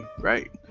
right